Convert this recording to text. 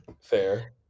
Fair